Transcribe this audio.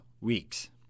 weeks